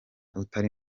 utari